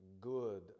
good